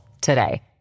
today